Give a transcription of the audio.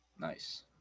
Nice